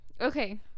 okay